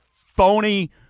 phony